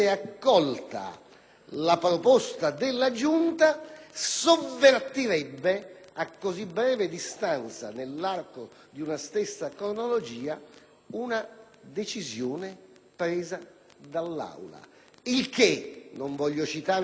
la proposta della Giunta, sovvertirebbe, a così breve distanza nell'arco di una stessa cronologia, una decisione presa dall'Aula. Il che, non voglio citare nessun precedente,